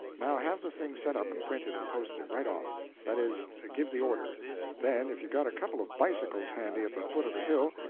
now have the thing set up and printed and posted, right off that is, give the order then, if you've got a couple of bicycles handy at the foot of the hill,